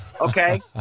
okay